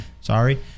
Sorry